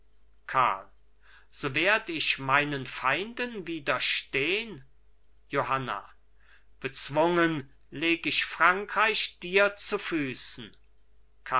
so werd ich meinen feinden widerstehn johanna bezwungen leg ich frankreich dir zu füßen